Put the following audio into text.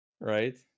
Right